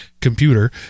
computer